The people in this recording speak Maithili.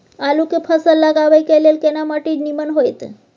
आलू के फसल लगाबय के लेल केना माटी नीमन होयत?